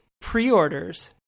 pre-orders